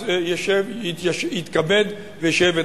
אז יתכבד וישב בבית-הסוהר.